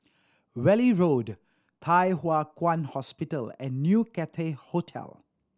Valley Road Thye Hua Kwan Hospital and New Cathay Hotel